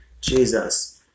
Jesus